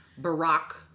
Barack